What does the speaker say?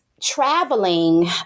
traveling